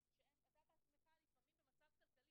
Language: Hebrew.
ותראה מתי הוא נבנה,